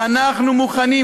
מי החליט?